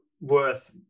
worth